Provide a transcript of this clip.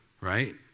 Right